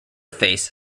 face